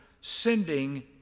sending